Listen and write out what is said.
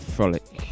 Frolic